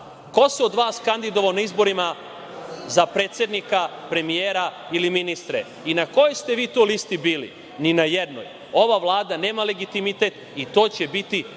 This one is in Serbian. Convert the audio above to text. Ko se od vas kandidovao na izborima za predsednika, premijera ili ministre i na kojoj ste vi to listi bili? Ni na jednoj. Ova Vlada nema legitimitet i to će biti